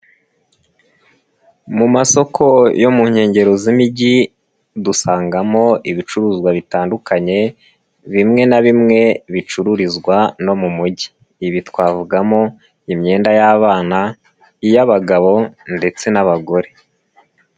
Mu masoko yo mu nkengero z'imijyi dusangamo ibicuruzwa bitandukanye, bimwe na bimwe bicururizwa no mu mujyi. Ibi twavugamo: imyenda y'abana iy'abagabo ndetse n'abagore.